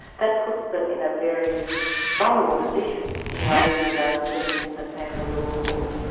that puts them in a very vulnerable position in raising those things in the family law court.